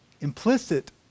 Implicit